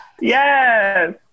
Yes